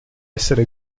essere